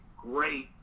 great